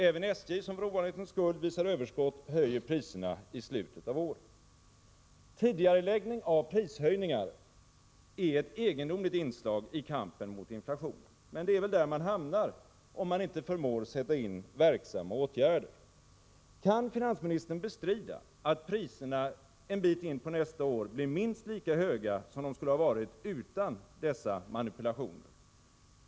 Även SJ, som för ovanlighetens skull visar överskott, höjer priserna i slutet av året. Tidigareläggning av prishöjningar är ett egendomligt inslag i kampen mot inflationen. Men det är väl där man hamnar, om man inte förmår sätta in verksamma åtgärder. Kan finansministern bestrida att priserna en bit in på nästa år blir minst lika höga som de skulle ha varit utan dessa manipulationer?